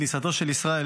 כניסתו של ישראל,